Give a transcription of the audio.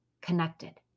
connected